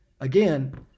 again